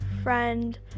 Friend